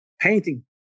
painting